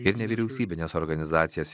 ir nevyriausybines organizacijas